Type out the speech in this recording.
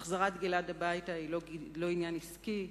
החזרת גלעד הביתה היא לא עניין עסקי,